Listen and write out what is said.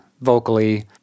vocally